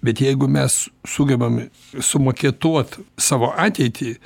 bet jeigu mes sugebam sumaketuot savo ateitį